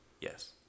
Yes